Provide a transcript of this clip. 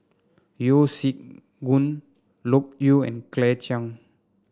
Yeo Siak Goon Loke Yew and Claire Chiang